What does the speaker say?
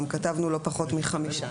גם כתבנו "לא פחות מחמישה",